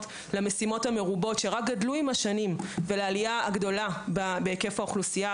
למשימות המרובות שרק גדלו עם השנים ולעלייה הגדולה בהיקף האוכלוסייה.